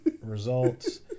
results